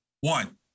One